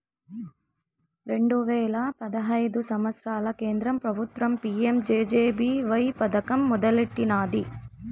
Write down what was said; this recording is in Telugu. రెండు వేల పదహైదు సంవత్సరంల కేంద్ర పెబుత్వం పీ.యం జె.జె.బీ.వై పదకం మొదలెట్టినాది